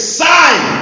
sign